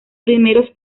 primeros